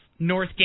Northgate